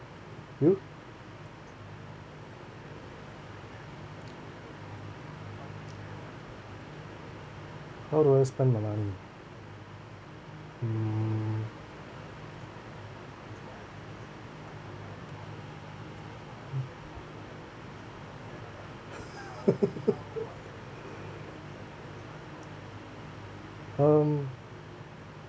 you how do I spend the money mm um